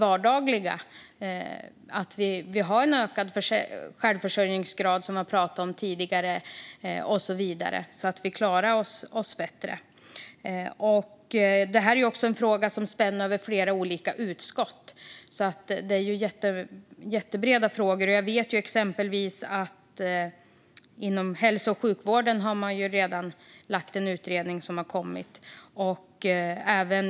Vi behöver som sagt ha en ökad självförsörjningsgrad så att vi klarar oss bättre. Denna fråga spänner över flera olika utskott, och när det gäller hälso och sjukvården har man redan lagt fram en utredning.